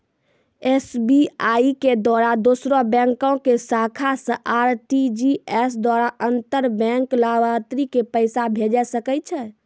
SBI के द्वारा दोसरो बैंको के शाखा से आर.टी.जी.एस द्वारा अंतर बैंक लाभार्थी के पैसा भेजै सकै छै